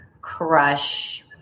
crush